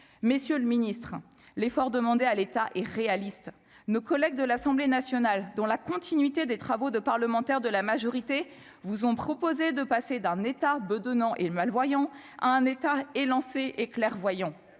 messieurs, le ministre l'effort demandé à l'État et réaliste, nos collègues de l'Assemblée nationale dans la continuité des travaux de parlementaires de la majorité vous ont proposé de passer d'un État bedonnant et le mal-voyants à un État et clairvoyant